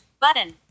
button